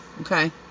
okay